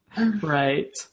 Right